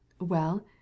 Well